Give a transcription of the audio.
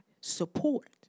support